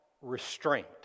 restraint